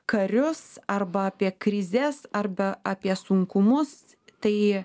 karius arba apie krizes arba apie sunkumus tai